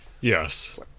Yes